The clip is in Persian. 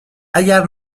اگر